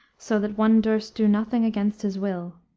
so that one durst do nothing against his will.